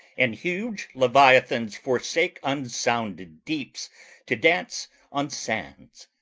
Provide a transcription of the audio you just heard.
and huge leviathans forsake unsounded deeps to dance on sands.